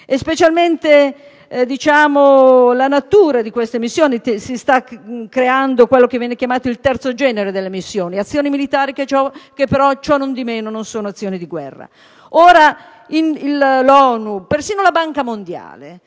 e specialmente la natura di queste missioni. Si sta creando infatti quello che viene chiamato il terzo genere delle missioni: azioni militari che però, ciò nondimeno, non sono di guerra. L'ONU e persino la Banca mondiale